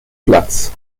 platz